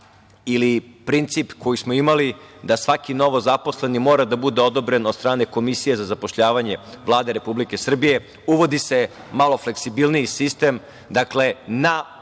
ili princip koji smo imali da svaki novozaposleni mora da bude odobren od strane Komisije za zapošljavanje Vlade Republike Srbije. Uvodi se malo fleksibilniji sistem, dakle, na